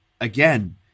again